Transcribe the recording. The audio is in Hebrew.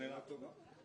שאלה טובה.